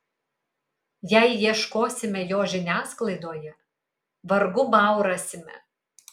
jei ieškosime jo žiniasklaidoje vargu bau rasime